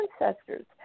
ancestors